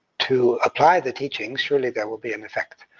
to apply the teachings, surely there will be an effect.